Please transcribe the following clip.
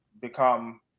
become